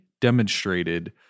demonstrated